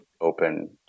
open